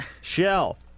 Shell